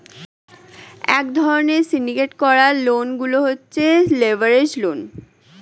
এক ধরণের সিন্ডিকেট করা লোন গুলো হচ্ছে লেভারেজ লোন